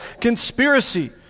conspiracy